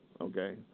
okay